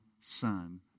Son